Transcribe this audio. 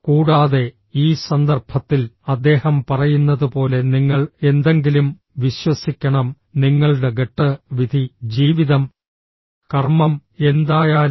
കൂടാതെ ഈ സന്ദർഭത്തിൽ അദ്ദേഹം പറയുന്നതുപോലെ നിങ്ങൾ എന്തെങ്കിലും വിശ്വസിക്കണം നിങ്ങളുടെ ഗട്ട് വിധി ജീവിതം കർമ്മം എന്തായാലും